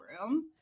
room